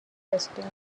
testing